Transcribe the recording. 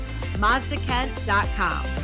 mazdakent.com